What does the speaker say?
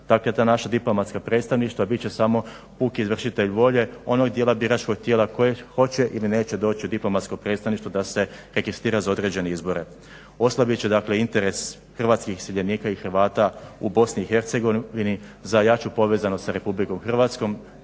Dakle ta naša diplomatska predstavništva bit će samo puki izvršitelj volje onog dijela biračkog tijela koje hoće ili neće doći u diplomatsko predstavništvo da se registrira za određene izbore. Oslabit će interes hrvatskih iseljenika i Hrvata u BiH za jaču povezanost sa RH, a samim